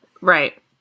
right